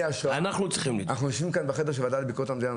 אנחנו יושבים כאן בחדר של הוועדה לביקורת המדינה,